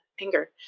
anger